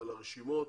לגבי הרשימות,